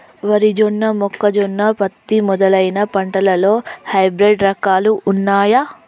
వరి జొన్న మొక్కజొన్న పత్తి మొదలైన పంటలలో హైబ్రిడ్ రకాలు ఉన్నయా?